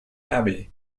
abbey